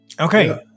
Okay